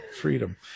freedom